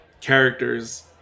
characters